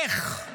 איך?